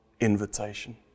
invitation